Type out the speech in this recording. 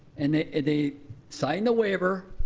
and they they sign the waiver,